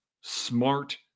smart